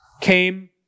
came